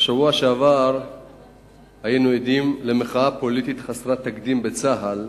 בשבוע שעבר היינו עדים למחאה פוליטית חסרת תקדים בצה"ל.